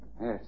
Yes